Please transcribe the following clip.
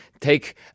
take